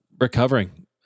recovering